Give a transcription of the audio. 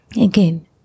Again